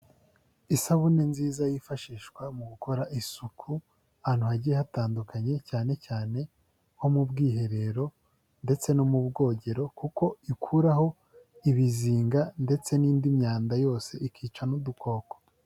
Isabune nziza yifashishwa mu gukora isuku ahantu hagiye hatandukanye, cyane cyane nko mu bwiherero ndetse no mu bwogero kuko ikuraho ibizinga ndetse n'indi myanda yose ikica n'udukoko.